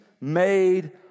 made